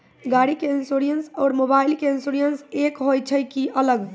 गाड़ी के इंश्योरेंस और मोबाइल के इंश्योरेंस एक होय छै कि अलग?